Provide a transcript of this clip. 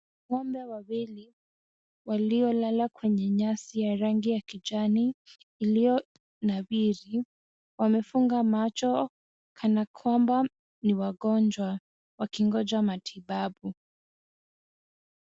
Ng'ombe wawili walio lala kwenye nyasi ya rangi ya kijani ilio nawiri, wamefunga macho kana kwamba ni wagonjwa wakingoja matibabu.